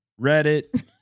Reddit